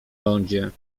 lądzie